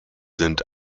sind